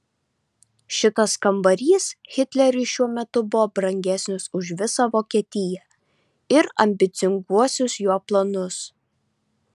šitas kambarys hitleriui šiuo metu buvo brangesnis už visą vokietiją ir ambicinguosius jo planus